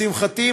לשמחתי,